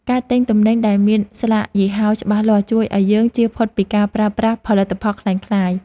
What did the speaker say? ការទិញទំនិញដែលមានស្លាកយីហោច្បាស់លាស់ជួយឱ្យយើងជៀសផុតពីការប្រើប្រាស់ផលិតផលក្លែងក្លាយ។